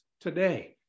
today